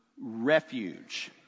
refuge